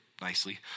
nicely